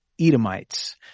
Edomites